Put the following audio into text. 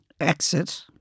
exit